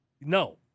No